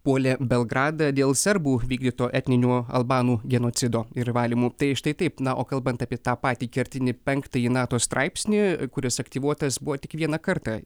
puolė belgradą dėl serbų vykdyto etninio albanų genocido ir valymų tai štai taip na o kalbant apie tą patį kertinį penktąjį nato straipsnį kuris aktyvuotas buvo tik vieną kartą